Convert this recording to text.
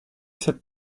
cette